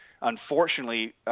unfortunately